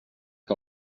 que